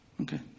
Okay